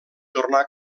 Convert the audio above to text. tornà